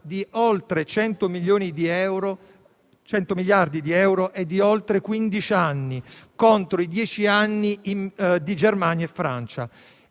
da oltre 100 miliardi di euro è di oltre quindici anni, contro i dieci anni di Germania e Francia.